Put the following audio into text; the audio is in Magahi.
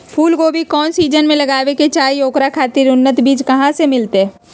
फूलगोभी कौन सीजन में लगावे के चाही और ओकरा खातिर उन्नत बिज कहा से मिलते?